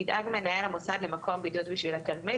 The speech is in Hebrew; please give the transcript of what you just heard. ידאג מנהל המוסד למקום בידוד בשביל התלמיד